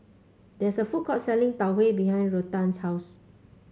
there is a food court selling Tau Huay behind Ruthann's house